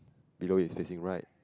below is facing right